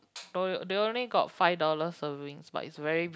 they only got five dollar servings but is very